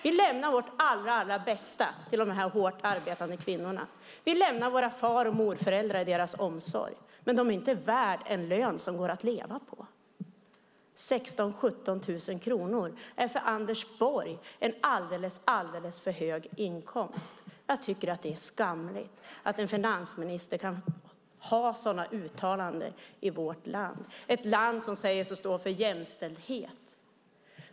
Vi lämnar vårt allra bästa till de här hårt arbetande kvinnorna. Vi lämnar våra far och morföräldrar i deras omsorg. Men de är inte värda en lön som går att leva på! 16 000-17 000 kronor är för Anders Borg en alldeles för hög inkomst. Jag tycker att det är skamligt att en finansminister kan göra sådana uttalanden i vårt land, ett land som säger sig stå för jämställdhet.